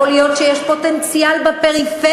יכול להיות שיש פוטנציאל בפריפריה,